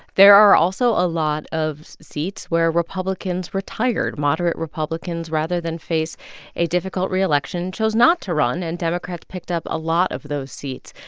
there are also a lot of seats where republicans were tired. moderate republicans, rather than face a difficult re-election, chose not to run. and democrats picked up a lot of those seats.